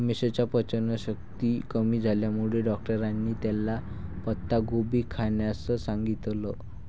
रमेशच्या पचनशक्ती कमी झाल्यामुळे डॉक्टरांनी त्याला पत्ताकोबी खाण्यास सांगितलं